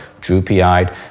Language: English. droopy-eyed